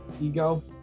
Ego